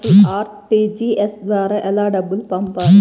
అసలు అర్.టీ.జీ.ఎస్ ద్వారా ఎలా డబ్బులు పంపాలి?